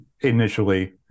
initially